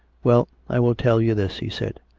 well, i will tell you this, he said.